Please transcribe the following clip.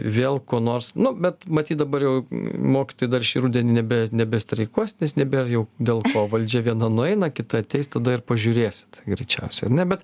vėl ko nors nu bet matyt dabar jau mokytojai dar šį rudenį nebe nebestreikuos nes nebėra jau dėl ko valdžia viena nueina kita ateis tada ir pažiūrėsit greičiausiai ar ne bet